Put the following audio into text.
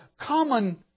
common